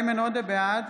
בעד